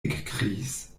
ekkriis